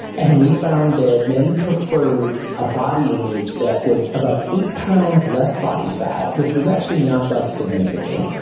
and we found that men preferred a body image that was about eight pounds less body fat, which was actually not that significant.